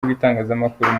rw’itangazamakuru